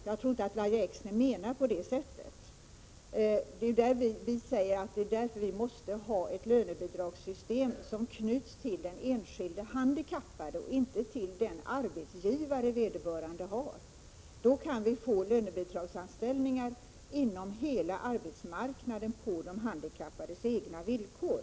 Jag tror inte att Lahja Exner menar att det skall vara på det sättet. Vi anser därför att man måste ha ett lönebidragssystem som knyts till den enskilde handikappade och inte till den arbetsgivare vederbörande har. På detta sätt kan det skapas lönebidragsanställningar inom hela arbetsmarknaden på de handikappades egna villkor.